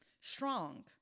strong